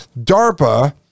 DARPA